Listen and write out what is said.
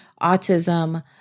autism